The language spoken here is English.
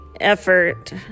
effort